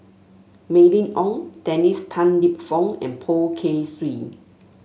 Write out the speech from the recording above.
Mylene Ong Dennis Tan Lip Fong and Poh Kay Swee